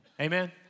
amen